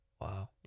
Wow